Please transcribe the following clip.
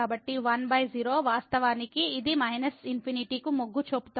కాబట్టి 10 వాస్తవానికి ఇది −∞ కు మొగ్గు చూపుతోంది